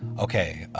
okay,